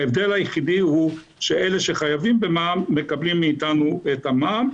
ההבדל היחידי הוא שאלה שחייבים במע"מ מקבלים מאתנו את המע"מ,